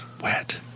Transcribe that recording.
wet